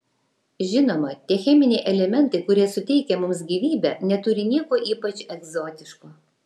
žinoma tie cheminiai elementai kurie suteikia mums gyvybę neturi nieko ypač egzotiško